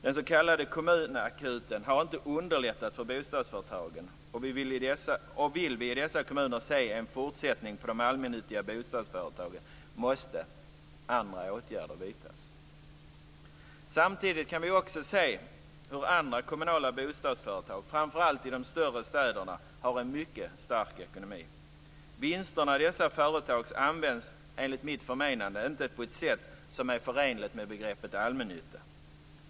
Den s.k. kommunakuten har inte underlättat för bostadsföretagen, och om vi i dessa kommuner vill se en fortsättning på de allmännyttiga bostadsföretagen, måste andra åtgärder vidtas. Samtidigt kan vi också se hur andra kommunala bostadsföretag, framför allt i de större städerna, har en mycket stark ekonomi. Vinsterna i dessa företag används enligt mitt förmenande inte på ett sätt som är förenligt med begreppet allmännytta.